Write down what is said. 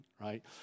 right